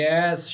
Yes